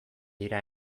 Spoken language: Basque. dira